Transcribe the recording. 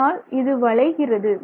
அதனால் இது வளைகிறது